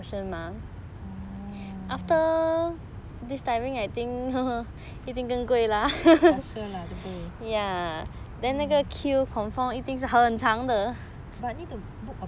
for sure lah 对不对 but need to book a